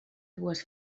dues